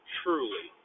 truly